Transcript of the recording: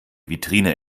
vitrine